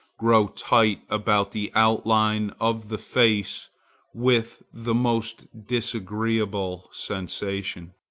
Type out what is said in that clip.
grow tight about the outline of the face with the most disagreeable sensation.